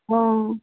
অঁ